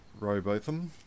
Robotham